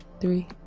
three